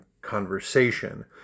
conversation